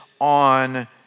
on